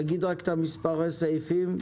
תגיד את מספר הסעיף.